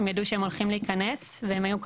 הם ידעו שהם הולכים להיכנס והם היו בהמתנה.